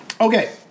okay